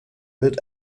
wird